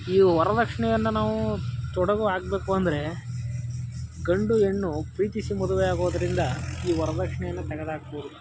ಈ ವರ್ದಕ್ಷಿಣೆಯನ್ನು ನಾವು ತೊಡೆದು ಹಾಕ್ಬೇಕು ಅಂದರೆ ಗಂಡು ಹೆಣ್ಣು ಪ್ರೀತಿಸಿ ಮದುವೆ ಆಗುವುದರಿಂದ ಈ ವರ್ದಕ್ಷಿಣೆಯನ್ನು ತೆಗೆದಾಕ್ಬೌದು